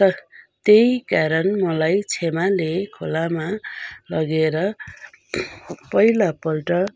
त त्यही कारण मलाई छ्यामाले खोलामा लगेर पहिलापल्ट